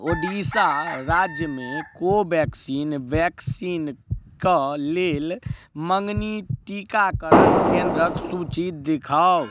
ओडिशा राज्यमे कोवेक्सिन वैक्सीनके लेल मँगनी टीकाकरण केन्द्रक सूची दिखाउ